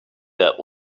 that